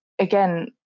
again